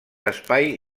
espai